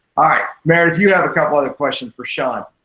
ah meredith, you have a couple other questions for shawn.